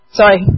Sorry